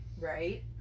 Right